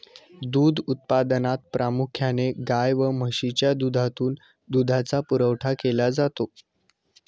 दूध उत्पादनात प्रामुख्याने गाय व म्हशीच्या दुधातून दुधाचा पुरवठा केला जातो